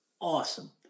awesome